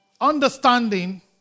understanding